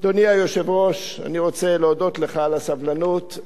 אדוני היושב-ראש, אני רוצה להודות לך על הסבלנות.